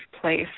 place